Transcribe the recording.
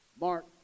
Mark